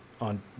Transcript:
on